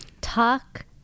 Talk